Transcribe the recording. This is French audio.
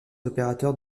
opérateurs